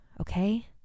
okay